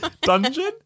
dungeon